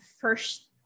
first